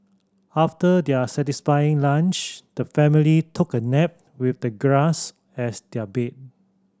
after their satisfying lunch the family took a nap with the grass as their bed